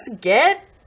get